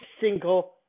single